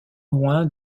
loin